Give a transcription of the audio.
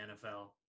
NFL